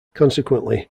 consequently